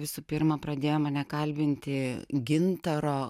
visų pirma pradėjo mane kalbinti gintaro